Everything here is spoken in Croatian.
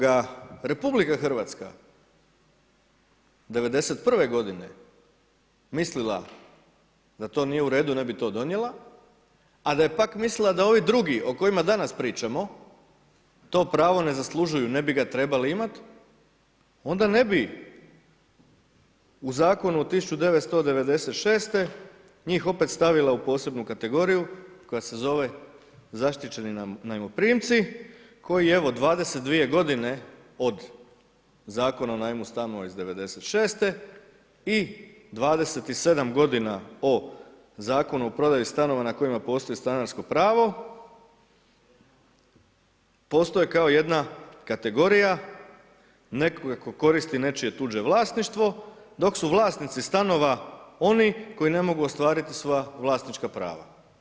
Da je RH '91. godine mislila da to nije u redu ne bi to donijela, a da je pak mislila da ovi drugi o kojima danas pričamo to pravo ne zaslužuju, ne bi ga trebali imati onda ne bi u Zakonu od 1996. njih opet stavila u posebnu kategoriju koja se zove zaštićeni najmoprimci koji evo 22 godine od Zakona o najmu stanova iz '96. i 27 godina o Zakonu o prodaji stanova na kojima postoji stanarsko pravo postoje kao jedna kategorija nekoga tko koristi nečije tuđe vlasništvo dok su vlasnici stanova oni koji ne mogu ostvariti svoja vlasnička prava.